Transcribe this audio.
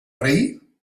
rei